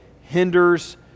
hinders